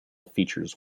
features